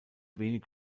wenig